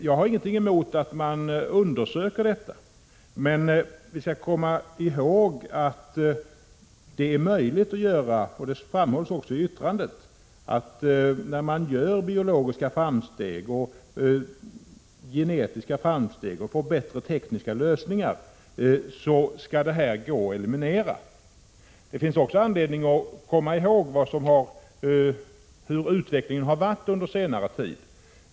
Jag har ingenting emot en undersökning av detta, men vi skall komma ihåg att de biologiska och genetiska framsteg som görs och bättre tekniska lösningar kommer att innebära att denna risk elimineras. Det finns också anledning att komma ihåg hur utvecklingen har varit under senare tid.